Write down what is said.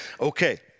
Okay